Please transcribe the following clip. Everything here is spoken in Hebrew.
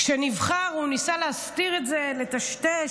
כשנבחר, הוא ניסה להסתיר את זה, לטשטש.